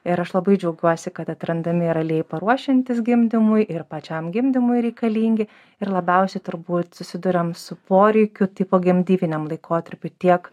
ir aš labai džiaugiuosi kad atrandami ir aliejai paruošiantys gimdymui ir pačiam gimdymui reikalingi ir labiausiai turbūt susiduriam su poreikiu tai pogimdyviniam laikotarpiui tiek